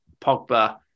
Pogba